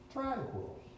Tranquil